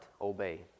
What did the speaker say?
obey